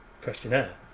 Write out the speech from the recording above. questionnaire